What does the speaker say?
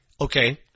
okay